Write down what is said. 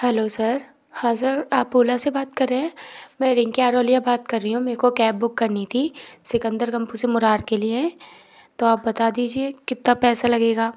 hello sir हाँ sir आप Ola से बात कर रहे हैं मैं रिंकी आरोलिया बात कर रही हूँ मेरे को कैब बुक करनी थी सिकंदर कम्पु से मुरार के लिए तो आप बता दीजिए कितना पैसा लगेगा